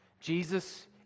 Jesus